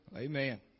Amen